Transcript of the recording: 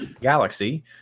Galaxy